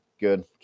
good